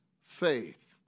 faith